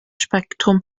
spektrum